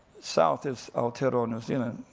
south as aotearoa, new zealand,